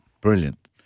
brilliant